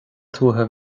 tuaithe